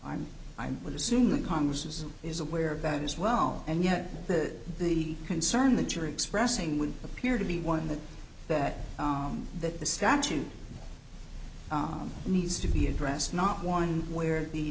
i'm i would assume the congress is is aware of that as well and yet the the concern that you're expressing would appear to be one that that that the statute needs to be addressed not one where the